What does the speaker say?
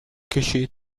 کشید